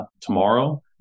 tomorrow